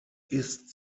ist